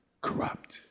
corrupt